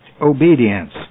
obedience